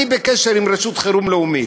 אני בקשר עם רשות חירום לאומית,